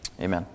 amen